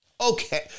Okay